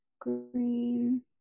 green